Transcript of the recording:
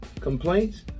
complaints